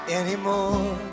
anymore